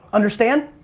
understand?